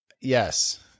Yes